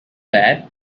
bad